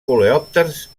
coleòpters